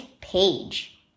page